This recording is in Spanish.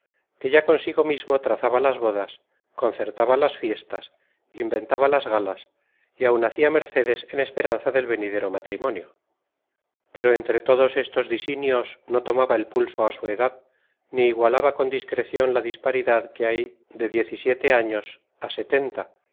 que ya consigo mismo trazaba las bodas concertaba las fiestas inventaba las galas y áun hacia mercedes en esperanza del venidero matrimonio pero entre todos estos disinios no tomaba el pulso á su edad ni igualaba con discrecion la disparidad que hay de diez y